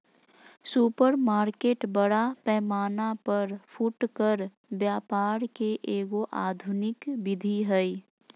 supermarket बड़ा पैमाना पर फुटकर व्यापार के एगो आधुनिक विधि हइ